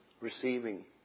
receiving